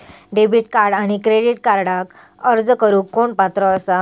Debit आणि credit कार्डक अर्ज करुक कोण पात्र आसा?